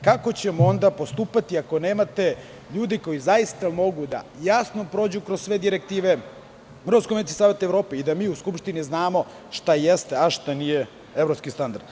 Kako ćemo onda postupati, ako nemate ljude koji mogu jasno da prođu kroz sve direktive, kroz konvencije Saveta Evrope i da mi u Skupštini znamo šta jeste, a šta nije evropski standard?